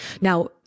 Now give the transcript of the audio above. Now